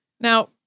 Now